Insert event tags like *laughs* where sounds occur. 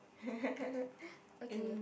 *laughs* okay